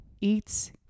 eats